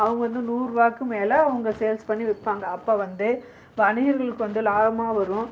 அவங்க வந்து நூறுபாக்கு மேலே அவங்க சேல்ஸ் பண்ணி விற்பாங்க அப்போ வந்து வணிகர்களுக்கு வந்து லாபமாக வரும்